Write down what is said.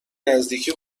نزدیکی